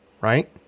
Right